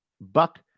Buck